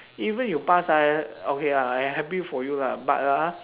even you pass ah okay lah I happy for you lah but ah